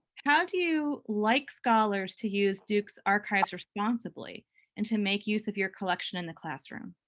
how do you like scholars to use duke's archives responsibly and to make use of your collection in the classroom?